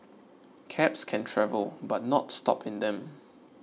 cabs can travel but not stop in them